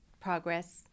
progress